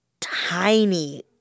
tiny –